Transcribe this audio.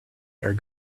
are